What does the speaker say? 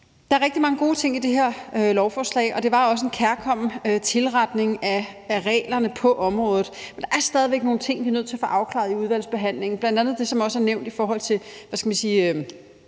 Der er rigtig mange gode ting i det her lovforslag, og det er også en kærkommen tilretning af reglerne på området, men der er stadig væk nogle ting, vi er nødt til at få afklaret i udvalgsbehandlingen, bl.a. det, som også er nævnt i forhold til de små apoteker